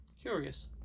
curious